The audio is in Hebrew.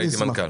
הייתי מנכ"ל.